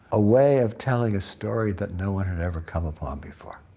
a way of telling a story that no one had ever come upon before.